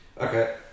Okay